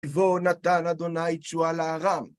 ובו נתן אדוני תשועה לארם.